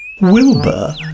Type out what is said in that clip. Wilbur